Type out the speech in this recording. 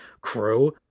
crew